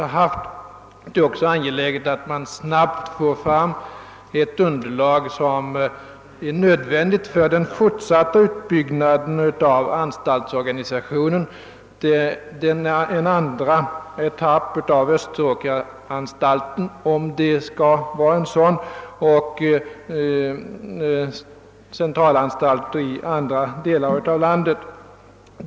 Likaså är det viktigt att snabbt skapa det nödvändiga underlaget för den fortsatta utbyggnaden av anstaltsorganisationen, en andra etapp vid Österåkeranstalten — om det skall bli en sådan — samt centralanstalter i andra delar av landet.